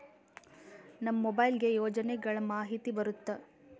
ನಮ್ ಮೊಬೈಲ್ ಗೆ ಯೋಜನೆ ಗಳಮಾಹಿತಿ ಬರುತ್ತ?